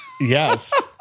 Yes